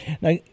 Now